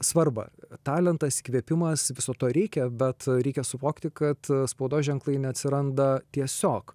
svarbą talentas įkvėpimas viso to reikia bet reikia suvokti kad spaudos ženklai neatsiranda tiesiog